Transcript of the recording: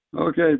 Okay